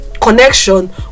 connection